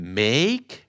make